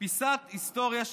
פיסת היסטוריה שנמחקת.